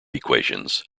equations